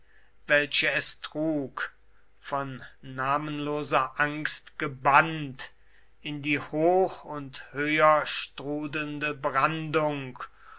welche es trug von namenloser angst gebannt in die hoch und höher strudelnde brandung